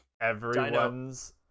everyone's